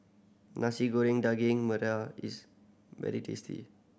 Nasi Goreng Daging Merah is very tasty